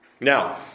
Now